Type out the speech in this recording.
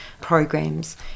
programs